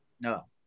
No